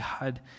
God